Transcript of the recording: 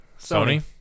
Sony